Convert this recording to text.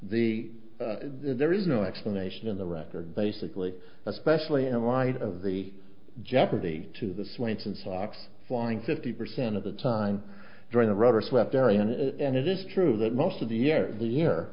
the there is no explanation in the record basically especially in light of the jeopardy to the swenson socks flying fifty percent of the time during the rather swept area and it is true that most of the year the year